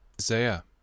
Isaiah